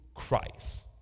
christ